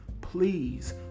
Please